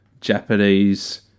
Japanese